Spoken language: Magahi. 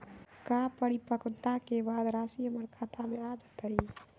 का परिपक्वता के बाद राशि हमर खाता में आ जतई?